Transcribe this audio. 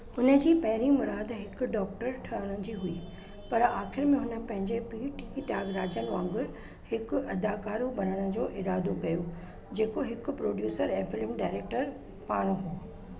हुन जी पहिरीं मुराद हिकु डॉक्टर ठहण जी हुई पर आख़िरि में हुन पंहिंजे पीउ टी त्याॻराजन वांगुरु हिकु अदाकारु बणण जो इरादो कयो जेको हिकु प्रोड्यूसर ऐं फ़िल्म डायरेक्टर पाण हुओ